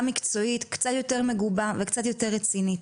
מקצועית קצת יותר מגובה וקצת יותר רצינית,